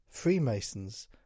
Freemasons